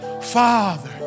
Father